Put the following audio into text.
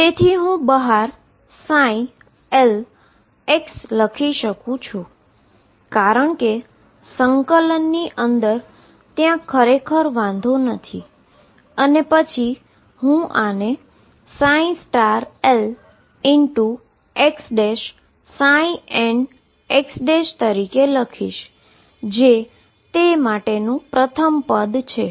તેથી હું બહાર l લખી શકું છું કારણ કે ઈન્ટીગ્રેશનની અંદર ત્યા ખરેખર વાંધો નથી અને પછી હું આને lxxnx લખીશ જે તે માટેનું પ્રથમ ટર્મ છે